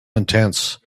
intense